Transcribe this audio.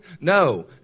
No